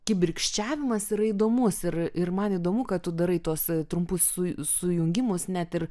kibirkščiavimas yra įdomus ir ir man įdomu kad tu darai tuos trumpus suj sujungimus net ir